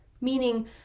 meaning